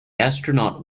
astronaut